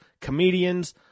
comedians